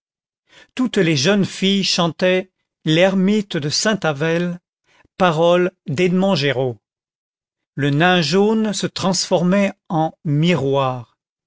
toutes les jeunes filles chantaient l'ermite de saint avelle paroles d'edmond géraud le nain jaune se transformait en miroir